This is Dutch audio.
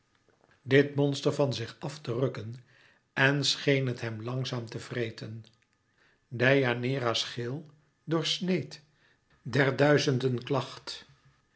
dit monster van zich af te rukken en scheen het hem langzaam te vreten deianeira's gil doorsneed der duizenden klacht